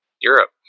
Europe